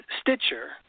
Stitcher